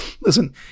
listen